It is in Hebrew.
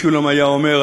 משולם היה אומר,